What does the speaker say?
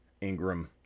Ingram